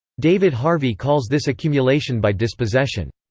david harvey calls this accumulation by dispossession.